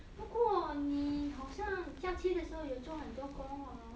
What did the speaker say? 不过你好像假期的时候有做很多工 hor